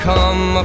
Come